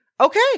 Okay